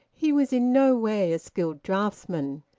he was in no way a skilled draughtsman,